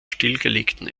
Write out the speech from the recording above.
stillgelegten